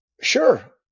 Sure